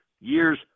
years